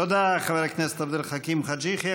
תודה, חבר הכנסת עבד אל חכים חאג' יחיא.